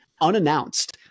unannounced